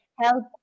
help